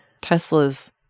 Tesla's